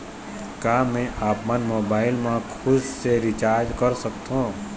का मैं आपमन मोबाइल मा खुद से रिचार्ज कर सकथों?